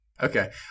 Okay